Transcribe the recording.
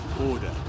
order